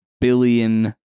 billion